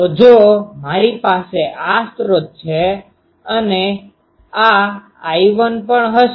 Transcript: તો જો મારી પાસે આ સ્રોત છે આ અને આ I1 પણ હશે